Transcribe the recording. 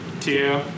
Two